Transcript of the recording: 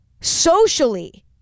socially